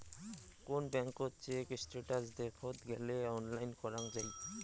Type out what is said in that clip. কোন ব্যাঙ্কত check status দেখত গেলে অনলাইন করাঙ যাই